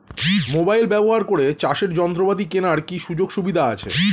Mobile ব্যবহার করে চাষের যন্ত্রপাতি কেনার কি সুযোগ সুবিধা আছে?